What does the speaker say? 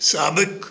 साबिक़ु